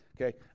Okay